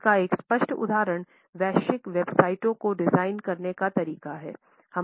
इसका एक स्पष्ट उदाहरण वैश्विक वेबसाइटों को डिजाइन करने का तरीका है